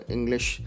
English